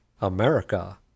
America